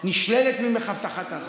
נשללת ממך הבטחת ההכנסה.